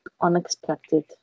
unexpected